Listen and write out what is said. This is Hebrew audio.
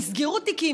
נסגרו תיקים,